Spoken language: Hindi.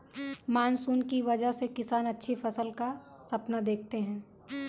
मानसून की वजह से किसान अच्छी फसल का सपना देखते हैं